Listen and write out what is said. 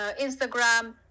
Instagram